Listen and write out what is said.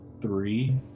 Three